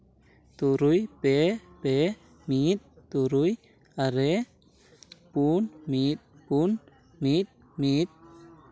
ᱛᱩᱨᱩᱭ ᱯᱮ ᱯᱮ ᱢᱤᱫ ᱛᱩᱨᱩᱭ ᱟᱨᱮ ᱯᱩᱱ ᱢᱤᱫ ᱯᱩᱱ ᱢᱤᱫ ᱢᱤᱫ